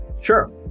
Sure